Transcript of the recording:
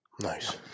Nice